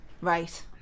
Right